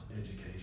education